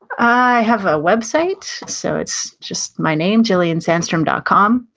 i have a website. so, it's just my name, gilliansandstrom dot com.